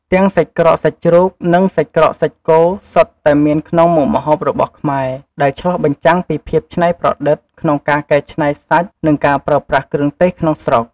ទាំងសាច់ក្រកសាច់ជ្រូក និងសាច់ក្រកសាច់គោសុទ្ធតែមានក្នុងមុខម្ហូបរបស់ខ្មែរ ដែលឆ្លុះបញ្ចាំងពីភាពច្នៃប្រឌិតក្នុងការកែច្នៃសាច់ និងការប្រើប្រាស់គ្រឿងទេសក្នុងស្រុក។